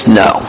no